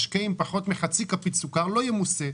משקה עם פחות מחצי כפית סוכר לא ימוסה.